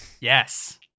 Yes